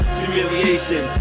humiliation